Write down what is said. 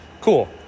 cool